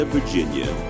Virginia